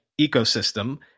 ecosystem